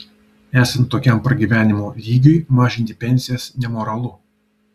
esant tokiam pragyvenimo lygiui mažinti pensijas nemoralu